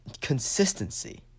Consistency